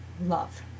love